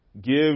give